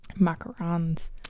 macarons